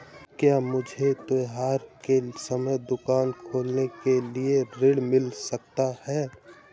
क्या मुझे त्योहार के समय दुकान खोलने के लिए ऋण मिल सकता है?